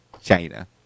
China